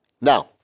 now